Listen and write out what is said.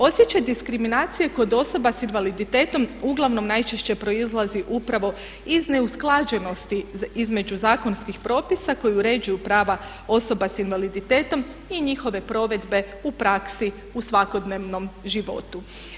Osjećaj diskriminacije kod osoba s invaliditetom uglavnom najčešće proizlazi upravo iz neusklađenosti između zakonskih propisa koji uređuju prava osoba s invaliditetom i njihove provedbe u praksi u svakodnevnom životu.